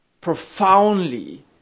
profoundly